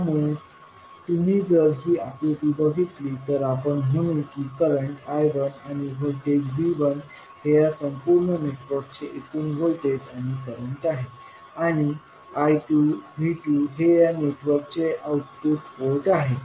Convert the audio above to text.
त्यामुळे तुम्ही जर ही आकृती बघितली तर आपण म्हणू की करंट I1आणि व्होल्टेज V1हे ह्या संपूर्ण नेटवर्कचे एकूण व्होल्टेज आणि करंट आहे आणि I2V2हे ह्या नेटवर्कचे आउटपुट पोर्ट आहे